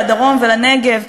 לדרום ולנגב,